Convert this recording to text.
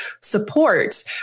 support